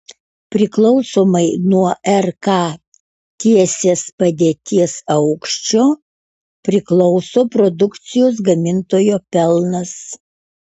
priklausomai nuo rk tiesės padėties aukščio priklauso produkcijos gamintojo pelnas